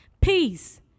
peace